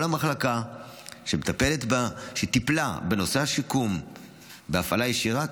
כל המחלקה שטיפלה בנושא השיקום בהפעלה ישירה,